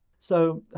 so,